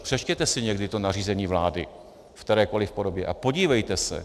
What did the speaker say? Přečtěte si někdy to nařízení vlády v kterékoliv podobě a podívejte se.